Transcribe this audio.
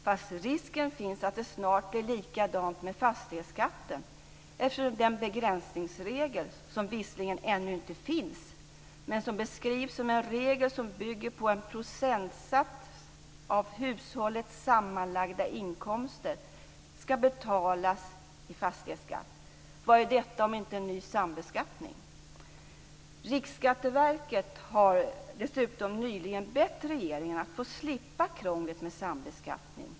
Men risken finns att det snart blir likadant med fastighetsskatten, eftersom begränsningsregeln som visserligen ännu inte finns men som enligt beskrivningen innebär att fastighetsskatt ska betalas enligt en regel som bygger på en procentsats av hushållets sammanlagda inkomster. Vad är detta om inte en ny sambeskattning? Riksskatteverket har dessutom nyligen bett regeringen att få slippa krånglet med sambeskattning.